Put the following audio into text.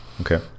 Okay